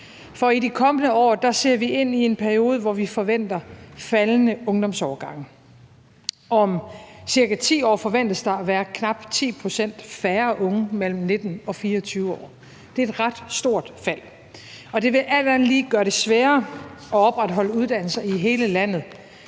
for i de kommende år ser vi ind i en periode, hvor vi forventer faldende ungdomsårgange. Om ca. 10 år forventes der at være knap 10 pct. færre unge mellem 19 og 24 år. Det er et ret stort fald, og det vil alt andet lige gøre det sværere at opretholde uddannelser i hele landet